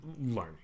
learning